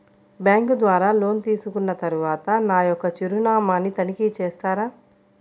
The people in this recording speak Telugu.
బ్యాంకు ద్వారా లోన్ తీసుకున్న తరువాత నా యొక్క చిరునామాని తనిఖీ చేస్తారా?